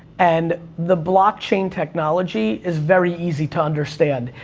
and the blockchain technology is very easy to understand,